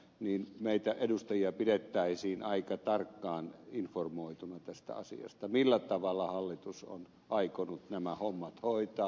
niin meitä edustajia pidettäisiin aika tarkkaan informoituina tästä asiasta millä tavalla hallitus on aikonut nämä hommat hoitaa